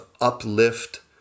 uplift